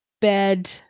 bed